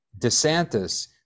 DeSantis